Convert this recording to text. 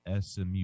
SMU